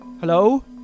Hello